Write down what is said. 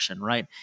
right